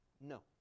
No